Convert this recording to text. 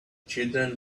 children